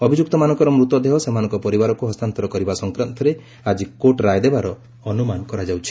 ଅଭିଯୁକ୍ତମାନଙ୍କର ମୃତଦେହ ସେମାନଙ୍କ ପରିବାରକୁ ହସ୍ତାନ୍ତର କରିବା ସଂକ୍ରାନ୍ତରେ ଆଜି କୋର୍ଟ ରାୟ ଦେବାର ଅନ୍ତମାନ କରାଯାଉଛି